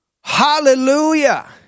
Hallelujah